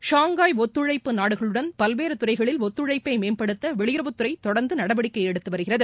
Shanghai ஒத்துழைப்பு நாடுகளுடன் பல்வேறு துறைகளில் ஒத்துழைப்பை மேம்படுத்த வெளியுறவுத்துறை தொடர்ந்து நடவடிக்கை எடுத்துவருகிறது